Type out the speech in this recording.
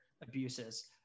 abuses